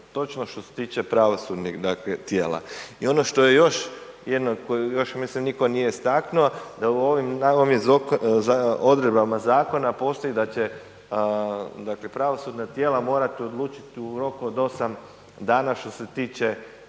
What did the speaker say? točno što se tiče pravosudnih dakle tijela. I ono što je još, jednu koju još mislim nitko nije istaknuo da u ovim odredbama zakona postoji da će dakle pravosudna tijela morat odlučit u roku 8 dana što se tiče